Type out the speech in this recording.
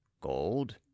Gold